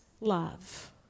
love